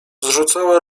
zrzucała